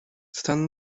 stan